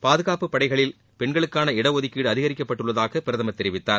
பாதுகாப்பு படைகளில் பெண்களுக்கான இடஒதுக்கீடு அதிகரிக்கப்பட்டுள்ளதாக பிரதமர் தெரிவித்தார்